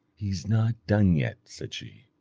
he's not done yet said she,